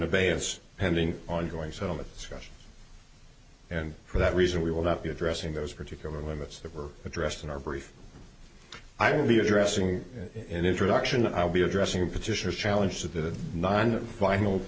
abeyance pending ongoing settlement discussions and for that reason we will not be addressing those particular limits that were addressed in our brief i will be addressing in introduction i'll be addressing petitioner's challenge to the nine vin